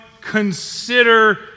consider